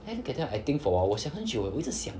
then that time I think for awhile 我想很久 leh 我一直想